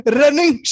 running